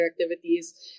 activities